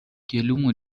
گلومو